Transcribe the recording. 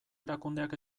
erakundeak